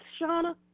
Shauna